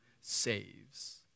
saves